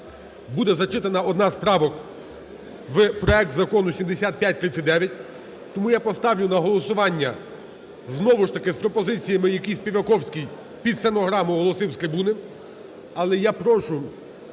буде зачитана одна з правок в проект Закону 7539. Тому я поставлю на голосування, знову ж таки, з пропозиціями, які Співаковський під стенограму оголосив з трибуни.